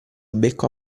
becco